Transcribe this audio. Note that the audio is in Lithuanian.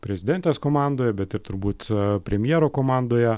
prezidentės komandoje bet ir turbūt premjero komandoje